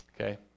okay